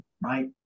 right